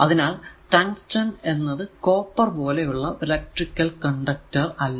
അതിനാൽ ടങ്സ്റ്റൻ എന്നത് കോപ്പർ പോലെ ഉള്ള ഇലെക്ട്രിക്കൽ കണ്ടക്ടർ അല്ല